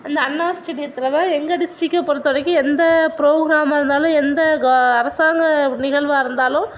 அந்த அண்ணா ஸ்டேடியத்தில்தான் எங்கள் டிஸ்டிக்கை பொறுத்தவரைக்கும் எந்த ப்ரோக்ராமாக இருந்தாலும் எந்த க அரசாங்க நிகழ்வாக இருந்தாலும்